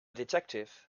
detective